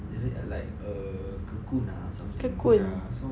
is it like a cocoon ah or something ya so